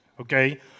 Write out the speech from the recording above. okay